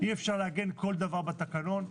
אי אפשר לעגן כל דבר בתקנון.